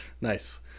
nice